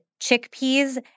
chickpeas